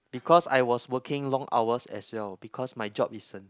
because I was working long hours as well because my job is in